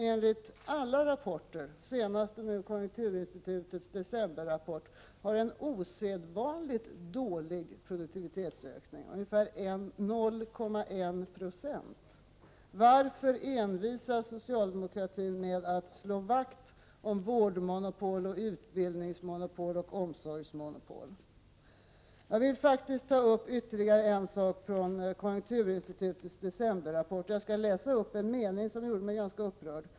Enligt alla rapporter, nu senast konjunkturinstitutets decemberrapport, har den offentliga verksamheten en osedvanligt dålig produktivitetsökning, ungefär 0,1 20. Varför envisas socialdemokratin med att slå vakt om vårdmonopol, utbildningsmonopol och omsorgsmonopol? Jag vill faktiskt ta upp ytterligare en sak i konjunkturinstitutets decemberrapport. En mening i rapporten gjorde mig ganska upprörd.